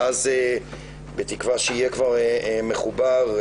ואז בתקווה שיהיה מחובר,